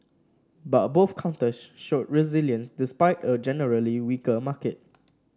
but both counters showed resilience despite a generally weaker market